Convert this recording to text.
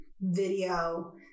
video